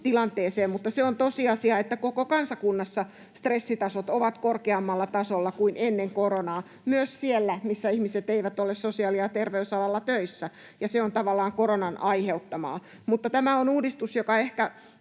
tilanteeseen. Se on tosiasia, että koko kansakunnassa stressitasot ovat korkeammalla tasolla kuin ennen koronaa, myös siellä, missä ihmiset eivät ole sosiaali‑ ja terveysalalla töissä, ja se on tavallaan koronan aiheuttamaa. Tämä on uudistus, joka ehkä